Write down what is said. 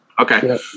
Okay